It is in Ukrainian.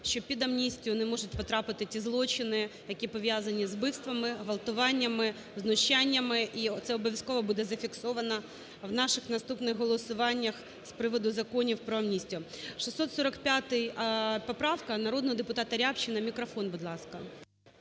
що під амністію не можуть потрапити ті злочини, які пов'язані з вбивствами, ґвалтуваннями, знущаннями. І це обов'язково буде зафіксовано в наших наступних голосуваннях з приводу законів про амністію. 645 поправка народного депутатаРябчина. Мікрофон, будь ласка.